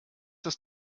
das